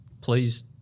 please